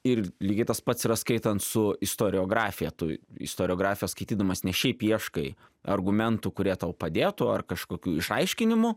ir lygiai tas pats yra skaitant su istoriografija tu istoriografiją skaitydamas ne šiaip ieškai argumentų kurie tau padėtų ar kažkokių išaiškinimų